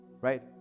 Right